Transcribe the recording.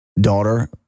daughter